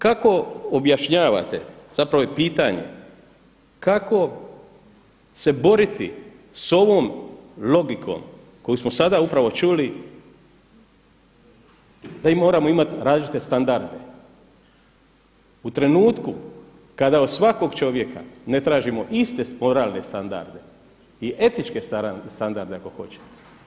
Kako objašnjavate, zapravo i pitanje, kako se boriti s ovom logikom koju smo sada upravo čuli da i moramo imati različite standarde u trenutku kada od svakog čovjeka ne tražimo iste moralne standarde i etičke standarde ako hoćete.